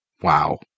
Wow